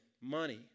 money